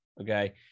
Okay